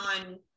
on